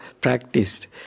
practiced